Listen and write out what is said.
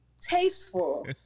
tasteful